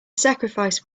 sacrifice